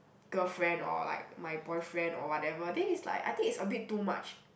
girlfriend or like my boyfriend or whatever then is like I think it's a bit too much